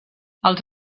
els